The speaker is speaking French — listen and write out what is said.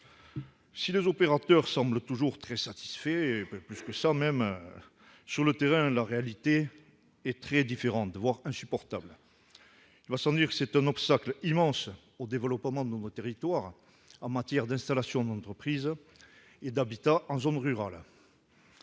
Si les opérateurs semblent toujours très satisfaits, et même plus encore, la réalité du terrain est bien différente, parfois insupportable. Il va sans dire que c'est un obstacle immense au développement de nos territoires en matière d'implantation d'entreprises et d'habitat en zone rurale.